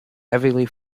heavily